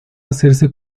hacerse